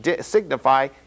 signify